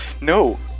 no